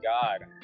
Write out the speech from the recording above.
god